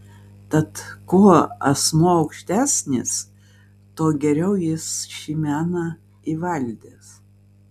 tad kuo asmuo aukštesnis tuo geriau jis šį meną įvaldęs